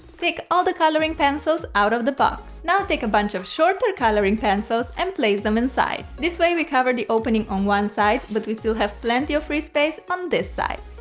take all the coloring pencils out of the box. now take a bunch of shorter coloring pencils and place them inside. this way we cover the opening on one side, but we still have plenty of free space on this side.